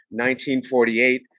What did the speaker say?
1948